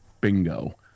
bingo